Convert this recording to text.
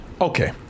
Okay